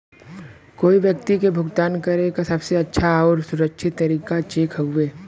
कोई व्यक्ति के भुगतान करे क सबसे अच्छा आउर सुरक्षित तरीका चेक हउवे